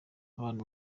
abantu